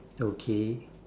okay